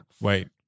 Wait